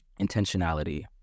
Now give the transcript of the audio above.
intentionality